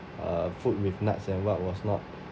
err food with nuts and what was not